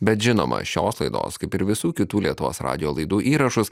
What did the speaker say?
bet žinoma šios laidos kaip ir visų kitų lietuvos radijo laidų įrašus